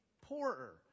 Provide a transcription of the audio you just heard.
poorer